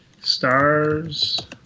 stars